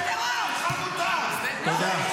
תודה,